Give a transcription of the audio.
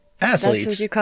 Athletes